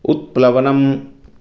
उत्प्लवनम्